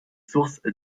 source